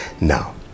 Now